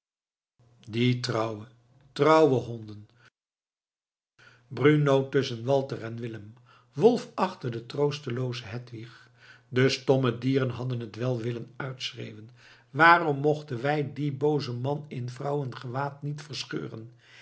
die trouwe trouwe honden bruno tusschen walter en willem wolf achter de troostelooze hedwig de stomme dieren hadden het wel willen uitschreeuwen waarom mochten wij dien boozen man in vrouwengewaad niet verscheuren